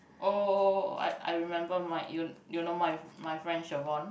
oh I I remember my you you know my my friend Shervon